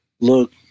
look